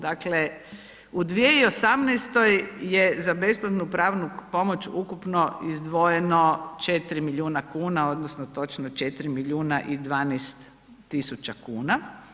Dakle, u 2018. je za besplatnu pravnu pomoć ukupno izdvojeno 4 milijuna kuna odnosno točno 4 milijuna i 12 tisuća kuna.